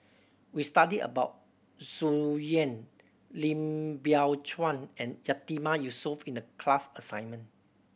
we studied about Tsung Yeh Lim Biow Chuan and Yatiman Yusof in the class assignment